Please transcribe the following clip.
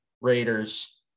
Raiders